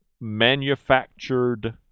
manufactured